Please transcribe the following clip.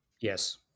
Yes